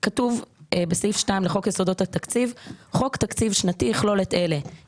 חוק הפחתת הגירעון והגבלת ההוצאה התקציבית